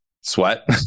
sweat